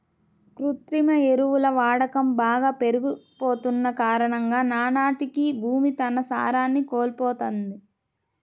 కృత్రిమ ఎరువుల వాడకం బాగా పెరిగిపోతన్న కారణంగా నానాటికీ భూమి తన సారాన్ని కోల్పోతంది